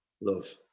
love